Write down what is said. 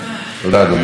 תודה רבה, אדוני.